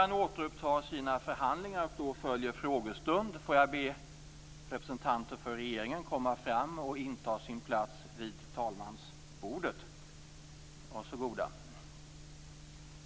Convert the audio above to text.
Nu följer en frågestund.